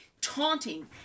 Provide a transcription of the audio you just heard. taunting